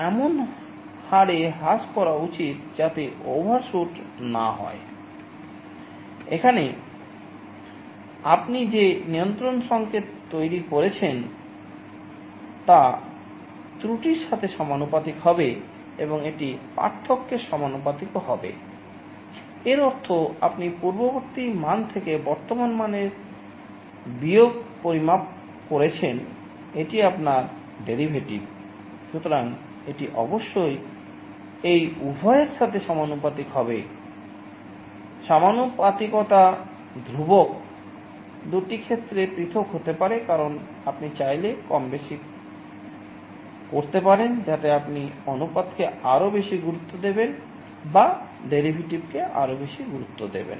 এখানে আপনি যে নিয়ন্ত্রণ সংকেতকে আরও বেশি গুরুত্ব দেবেন